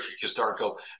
historical